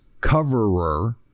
coverer